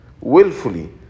willfully